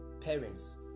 Parents